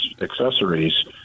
accessories